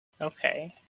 Okay